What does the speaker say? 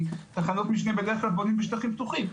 כי תחנות משנה בדרך כלל בונים בשטחים פתוחים,